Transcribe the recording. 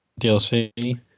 DLC